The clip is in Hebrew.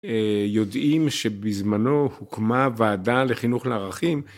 יודעים שבזמנו הוקמה ועדה לחינוך לערכים